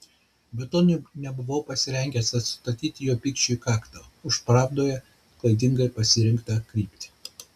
be to nebuvau pasirengęs atstatyti jo pykčiui kaktą už pravdoje klaidingai pasirinktą kryptį